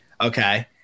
Okay